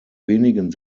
wenigen